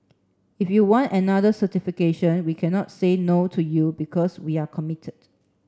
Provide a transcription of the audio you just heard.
if you want another certification we cannot say no to you because we're committed